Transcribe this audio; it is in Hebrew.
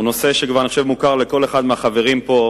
הוא נושא שאני חושב שכבר מוכר לכל אחד מהחברים פה,